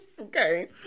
Okay